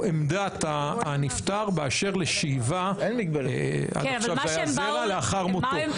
עמדת הנפטר באשר לשאיבה זרע לאחר מותו.